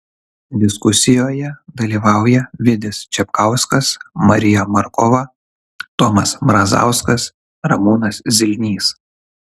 diskusijoje dalyvauja vidis čepkauskas marija markova tomas mrazauskas ramūnas zilnys